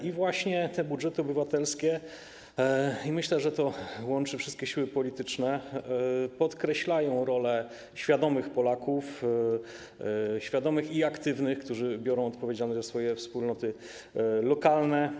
I właśnie te budżety obywatelskie - myślę, że to łączy wszystkie siły polityczne - podkreślają rolę świadomych Polaków, świadomych i aktywnych, którzy biorą odpowiedzialność za swoje wspólnoty lokalne.